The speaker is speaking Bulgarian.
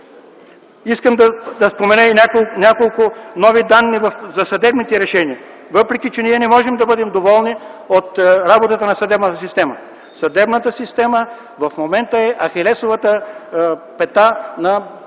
Искам да спомена и няколко нови данни за съдебните решения, въпреки че ние не можем да бъдем доволни от работата на съдебната система. Съдебната система в момента е ахилесовата пета на